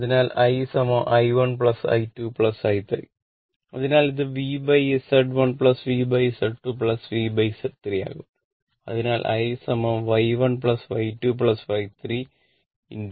അതിനാൽ I I1 I 2 I 3 അതിനാൽ ഇത് VZ1 VZ2 VZ3 ആകും അതിനാൽ I V